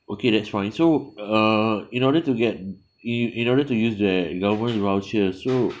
okay that's fine so uh in order to get in in order to use the government vouchers so